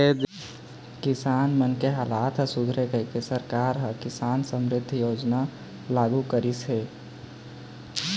किसान मन के हालत ह सुधरय कहिके सरकार ह किसान समरिद्धि योजना लागू करिस हे